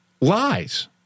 lies